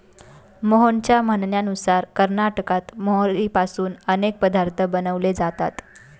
मोहनच्या म्हणण्यानुसार कर्नाटकात मोहरीपासून अनेक पदार्थ बनवले जातात